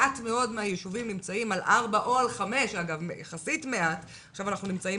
מעט מאוד מהיישובים נמצאים על 4 או על 5 ועכשיו אנחנו נמצאים